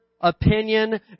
opinion